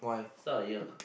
he's not like you